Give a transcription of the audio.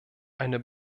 eine